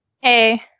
Hey